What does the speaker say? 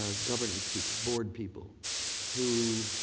ah governance people, board people who